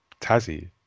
tazzy